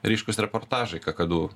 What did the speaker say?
ryškūs reportažai kakadu